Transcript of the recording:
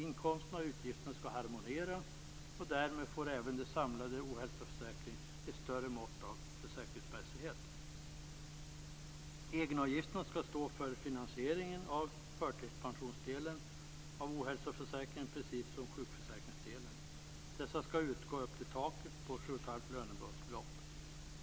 Inkomsterna och utgifterna skall harmoniera och därmed får även den samlade ohälsoförsäkringen ett större mått av försäkringsmässighet. Egenavgifterna skall stå för finansieringen av förtidspensionsdelen av ohälsoförsäkringen, precis som sjukförsäkringsdelen. Dessa skall utgå upp till taket på 7 1⁄2 lönebasbelopp.